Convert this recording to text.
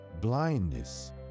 Blindness